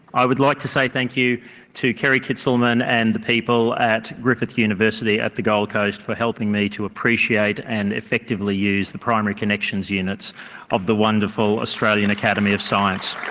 i would like to say thank you to kerry kitzelman and the people at griffith university at the gold coast for helping me to appreciate and effectively use the primary connections units of the wonderful australian academy of science.